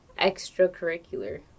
extracurricular